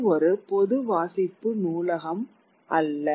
இது ஒரு பொது வாசிப்பு நூலகம் அல்ல